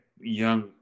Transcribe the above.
young